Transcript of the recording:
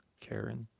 karen